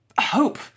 hope